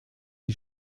die